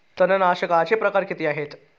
तणनाशकाचे प्रकार किती आहेत?